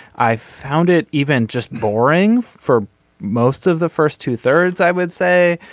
i found it even just boring for most of the first two thirds i would say.